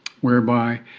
whereby